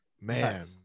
Man